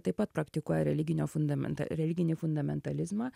taip pat praktikuoja religinio fundamenta religinį fundamentalizmą